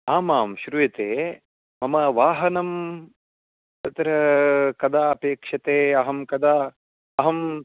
आमां श्रूयते मम वाहनं तत्र कदा अपेक्षते अहं कदा अहं